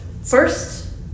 first